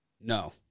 No